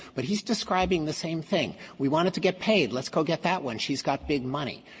but he's describing the same thing we wanted to get paid. let's go get that one. she's got big money.